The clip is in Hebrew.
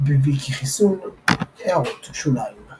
בויקיחיסון == הערות שוליים ==